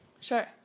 Sure